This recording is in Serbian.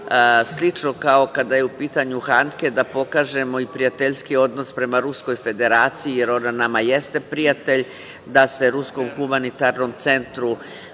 slično kao kada je u pitanju Handke da pokažemo i prijateljski odnos prema Ruskoj Federaciji, jer ona nama jeste prijatelj, da se Ruskom humanitarnom centru